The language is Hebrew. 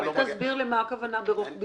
לא --- אולי תסביר למה הכוונה ברוחביות.